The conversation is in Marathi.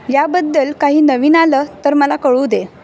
याबद्दल काही नवीन आलं तर मला कळू दे